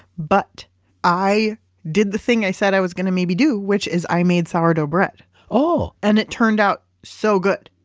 but i did the thing which i said i was gonna maybe do which is i made sourdough bread ohhh and it turned out so good.